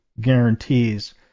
guarantees